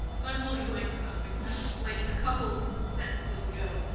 so i'm holding the microphone because like a couple of sentences ago